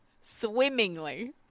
Swimmingly